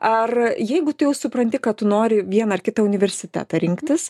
ar jeigu tu jau supranti kad tu nori vieną ar kitą universitetą rinktis